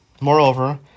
Moreover